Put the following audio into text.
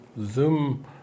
Zoom